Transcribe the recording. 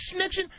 snitching